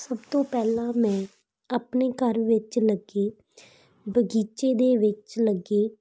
ਸਭ ਤੋਂ ਪਹਿਲਾਂ ਮੈਂ ਆਪਣੇ ਘਰ ਵਿੱਚ ਲੱਗੇ ਬਗੀਚੇ ਦੇ ਵਿੱਚ ਲੱਗੇ